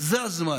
זה הזמן,